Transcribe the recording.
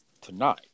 tonight